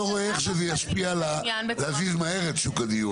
רואה איך שזה ישפיע על להזיז מהר את שוק הדיור.